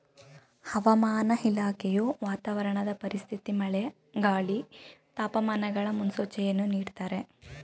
ಹವಾಮಾನ ಇಲಾಖೆಯು ವಾತಾವರಣದ ಪರಿಸ್ಥಿತಿ ಮಳೆ, ಗಾಳಿ, ತಾಪಮಾನಗಳ ಮುನ್ಸೂಚನೆಯನ್ನು ನೀಡ್ದತರೆ